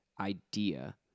idea